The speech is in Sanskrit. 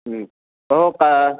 ओ का